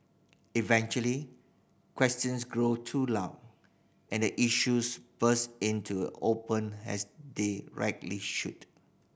eventually questions grow too loud and the issues burst into open as they rightly should